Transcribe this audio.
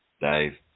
Dave